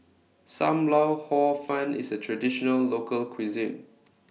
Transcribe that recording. SAM Lau Hor Fun IS A Traditional Local Cuisine